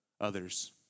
others